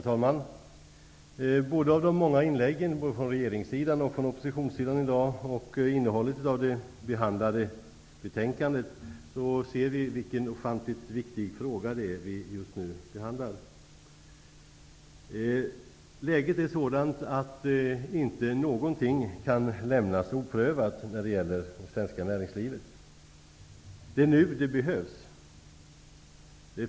Herr talman! Av de många inläggen både från regeringens sida och från oppositionens sida och av innehållet i betänkandet framgår vilken ofantligt viktig fråga som vi just nu behandlar. Läget är sådant att inte någonting kan lämnas oprövat när det gäller det svenska näringslivet. Det är nu som det behövs åtgärder.